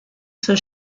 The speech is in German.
zur